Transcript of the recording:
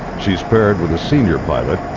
she's paired with a senior pilot,